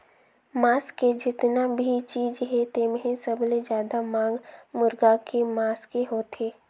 मांस के जेतना भी चीज हे तेम्हे सबले जादा मांग मुरगा के मांस के होथे